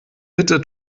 bitte